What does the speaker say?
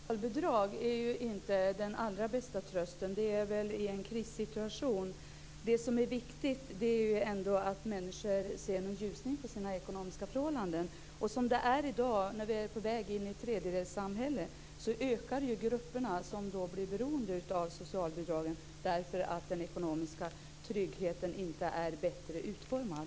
Herr talman! Att erhålla socialbidrag är inte den allra bästa trösten. Det sker väl i en krissituation. Det som är viktigt är ändå att människor ser en ljusning när det gäller deras ekonomiska förhållanden. I dag, när vi är på väg in i ett tredjedelssamhälle, ökar de grupper som blir beroende av socialbidragen därför att den ekonomiska tryggheten inte är bättre utformad.